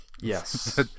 Yes